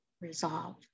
Resolve